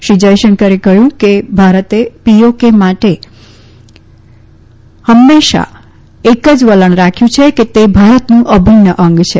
શ્રી જયશંકરે કહ્યું કે ભારતે પીઓકે માટે હંમેશા એક જ વલણ રાખ્યું છે કે તે ભારતનું અભિન્ન અંગ છે